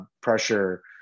pressure